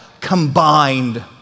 combined